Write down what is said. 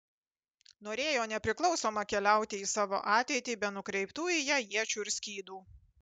norėjo nepriklausoma keliauti į savo ateitį be nukreiptų į ją iečių ir skydų